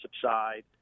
subside